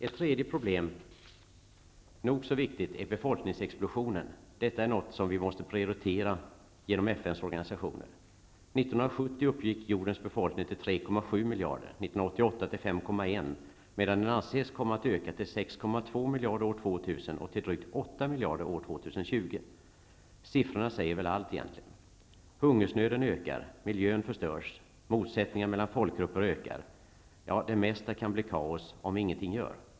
Ett tredje problem -- nog så väsentligt -- är befolkningsexplosionen. Detta är ett problem som måste prioriteras av FN:s organisationer. År 1970 1988 till 5,1 miljarder. Den anses komma att öka till 2020. Siffrorna säger väl egentligen allt. Hungersnöden ökar, miljön förstörs, motsättningar mellan folkgrupper ökar -- ja, det mesta kan bli kaos om vi ingenting gör.